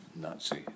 Nazi